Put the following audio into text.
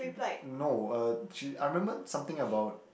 no uh she I remember something about